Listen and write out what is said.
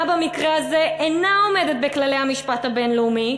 במקרה הזה אינה עומדת בכללי המשפט הבין-לאומי.